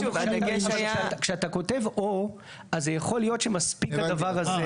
אבל כשאתה כותב "או" אז זה יכול להיות שמספיק הדבר הזה.